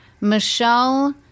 Michelle